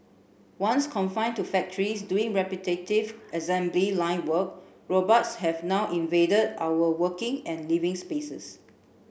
once confined to factories doing repetitive assembly line work robots have now invaded our working and living spaces